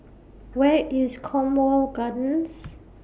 Where IS Cornwall Gardens